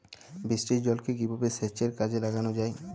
বৃষ্টির জলকে কিভাবে সেচের কাজে লাগানো য়ায়?